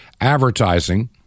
advertising